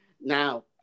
Now